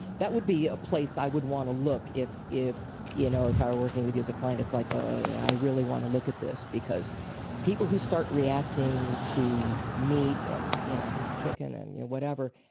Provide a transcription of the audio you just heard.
that would be a place i would want to look if if you know, if i were working with you as a client. it's like, oh yeah, i really want to look at this because people who start reacting to meat and you know and chicken and yeah whatever,